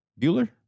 Bueller